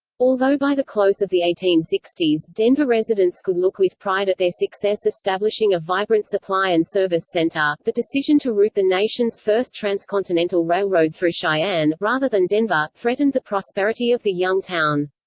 although by the close of the eighteen sixty s, denver residents could look with pride at their success establishing a vibrant supply and service center, the decision to route the nation's first transcontinental railroad through cheyenne, rather than denver, threatened the prosperity of the young town.